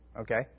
okay